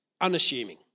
unassuming